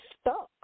stuck